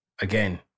again